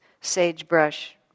sagebrush